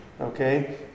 Okay